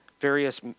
various